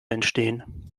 entstehen